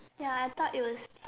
ya I thought it was